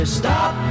stop